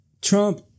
Trump